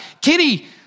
Kitty